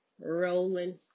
Rolling